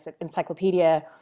encyclopedia